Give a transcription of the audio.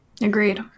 Agreed